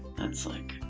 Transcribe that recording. that's like,